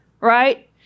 right